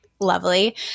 Lovely